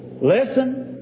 Listen